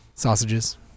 Sausages